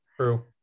true